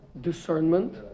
discernment